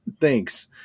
Thanks